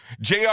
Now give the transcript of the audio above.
JR